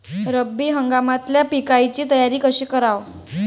रब्बी हंगामातल्या पिकाइची तयारी कशी कराव?